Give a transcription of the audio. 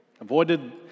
avoided